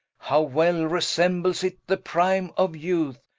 how well resembles it the prime of youth,